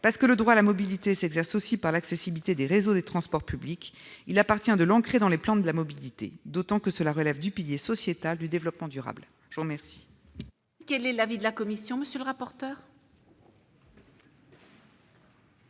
Parce que le droit à la mobilité s'exerce aussi par l'accessibilité des réseaux de transports publics, il appartient de l'ancrer dans les plans de mobilité, d'autant que cela relève du pilier sociétal du développement durable. Quel